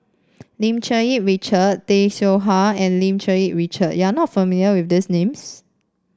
Lim Cherng Yih Richard Tay Seow Huah and Lim Cherng Yih Richard you are not familiar with these names